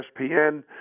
ESPN